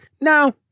no